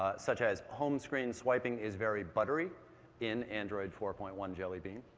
ah such as home screen swiping is very buttery in android four point one jelly bean.